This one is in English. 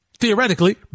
Theoretically